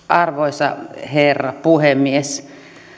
arvoisa herra puhemies